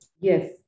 Yes